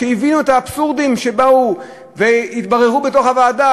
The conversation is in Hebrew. הבינו את האבסורדים שבאו והתבררו בתוך הוועדה